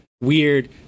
weird